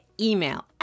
email